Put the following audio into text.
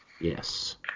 Yes